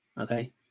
okay